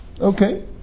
Okay